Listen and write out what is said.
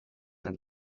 and